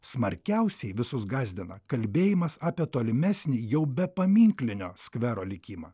smarkiausiai visus gąsdina kalbėjimas apie tolimesnį jau be paminklinio skvero likimą